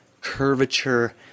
curvature